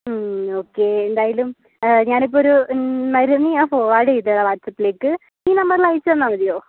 ഉം ഓക്കെ എന്തായാലും ഞാനിപ്പോൾ ഒരു മരുന്ന് ഞാൻ ഫോർവാഡ് ചെയ്ത് തരാം വാട്ട്സപ്പിലേക്ക് ഈ നമ്പറില് അയച്ച് തന്നാൽ മതിയോ